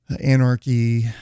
anarchy